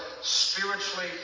spiritually